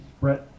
Brett